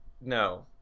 No